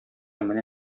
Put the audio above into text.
менә